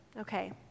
Okay